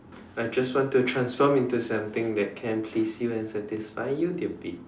I just want to transform into something that can please you and satisfy you dear b